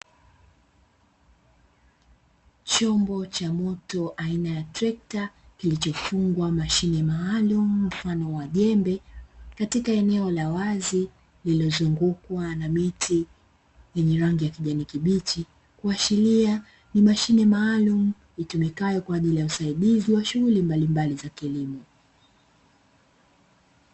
Chombo cha moto aina ya trekta kilichofungwa mashine maalumu mfano wa jembe katika eneo la wazi lililozungukwa na miti ya rangi ya kijani kibichi, kuashiria kuwa ni mashine itumikayo kwa ajili ya shughuli mbalimbali za kilimo.